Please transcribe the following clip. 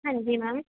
ਹਾਂਜੀ ਮੈਮ